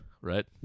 right